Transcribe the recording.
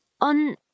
On